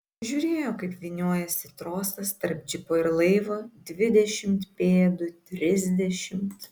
žiūrėjo kaip vyniojasi trosas tarp džipo ir laivo dvidešimt pėdų trisdešimt